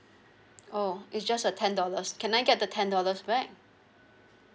oh it's just a ten dollars can I get the ten dollars back